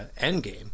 Endgame